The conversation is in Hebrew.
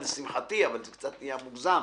לשמחתי, אבל זה קצת נהיה מוגזם.